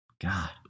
God